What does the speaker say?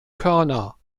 körner